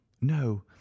no